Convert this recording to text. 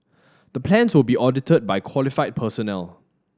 the plans will be audited by qualified personnel